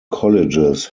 colleges